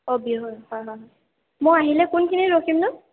অঁ বিহৈ হয় হয় হয় মই আহিলে কোনখিনিত ৰখিমনো